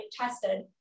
tested